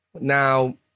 Now